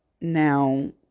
Now